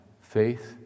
faith